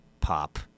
pop